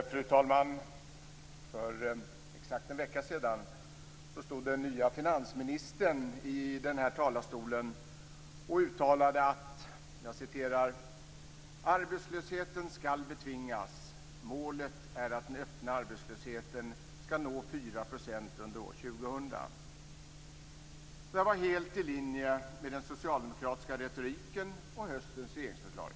Fru talman! För exakt en vecka sedan stod den nya finansministern i denna talarstol och uttalade: "Arbetslösheten skall betvingas. Målet är att den öppna arbetslösheten skall nå 4 % under år 2000." Detta var helt i linje med den socialdemokratiska retoriken och höstens regeringsförklaring.